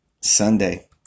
Sunday